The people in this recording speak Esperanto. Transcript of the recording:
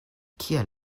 kiel